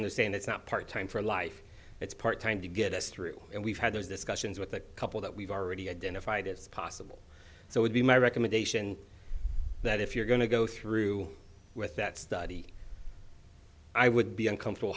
understand it's not part time for a life it's part time to get us through and we've had those discussions with the couple that we've already identified as possible so would be my recommendation that if you're going to go through with that study i would be uncomfortable